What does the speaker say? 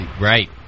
Right